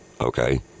Okay